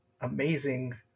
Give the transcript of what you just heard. amazing